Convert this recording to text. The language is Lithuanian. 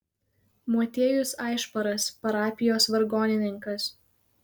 motiejus aišparas parapijos vargonininkas